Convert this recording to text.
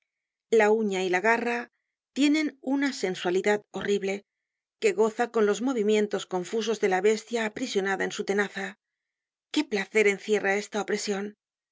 la uña y la garra tienen una sensualidad horrible que goza con los movimientos confusos de la bestia aprisionada en su tenaza qué placer encierra esta opresion